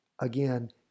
again